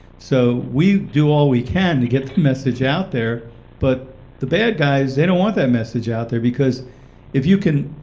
so we do all we can to get the message out there but the bad guys, they don't want that message out there. because if you can,